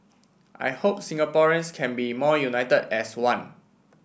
I hope Singaporeans can be more united as one